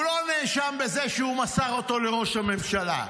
הוא לא נאשם בזה שהוא מסר אותו לראש הממשלה,